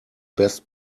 best